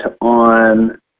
on